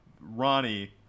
Ronnie